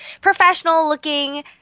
professional-looking